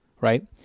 right